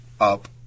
up